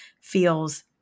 feels